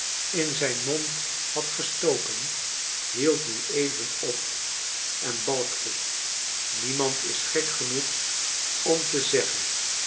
in zijn mond had gestoken hield nu even op en balkte niemand is gek genoeg om te zeggeh